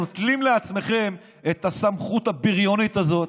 נוטלים לעצמכם את הסמכות הבריונית הזאת,